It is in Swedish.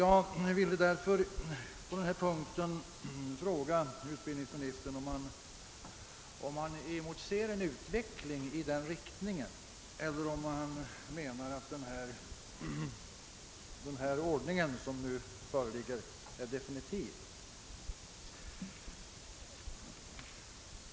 Jag ville på den punkten fråga utbildningsministern, om han emotser en utveckling i den riktningen eller om han menar att den ordning som inrymmes i propositionen är definitiv.